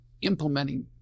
implementing